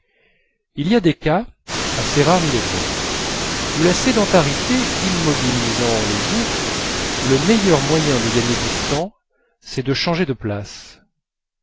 il y a des cas assez rares il est vrai où la sédentarité immobilisant les jours le meilleur moyen de gagner du temps c'est de changer de place